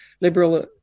Liberal